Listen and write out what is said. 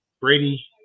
Brady